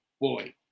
boy